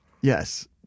Yes